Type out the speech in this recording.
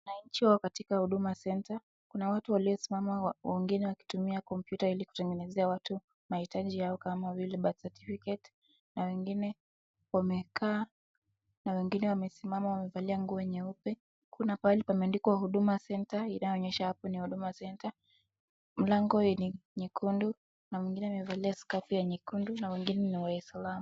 Wananchi katika ofisi ya Huduma centre kuna wale wamesimama wengine wakitumia computer ili kutengenezea watu mahitaji yao kama vile birth certificate , na wengine na wengine wamekaa, na wengine wamesimama wamevalia nguo nyeupe, kuna pahali pameandikwa Huduma centre , inaonyeshana hapo ni Huduma centre , mlango weneye nyekndu na wengine wamevalia scarf ya nyekundu na wengine ni waisilamu.